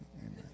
Amen